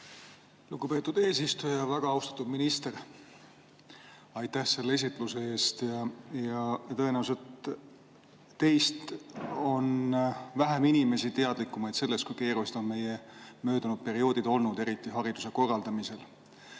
Lugupeetud eesistuja! Väga austatud minister! Aitäh selle esitluse eest! Tõenäoliselt on vähe inimesi teist teadlikumaid sellest, kui keerulised on meie möödunud perioodid olnud, eriti hariduse korraldamisel.